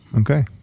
Okay